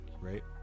right